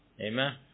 Amen